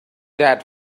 that